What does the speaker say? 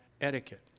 etiquette